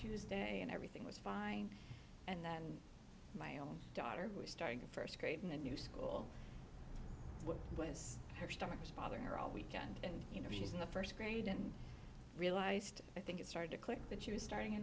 tuesday and everything was fine and my own daughter was starting first grade in the new school what was her stomach was bothering her all weekend and you know she's in the first grade and realized i think it started to click that she was starting a